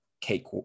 cake